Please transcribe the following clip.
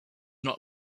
not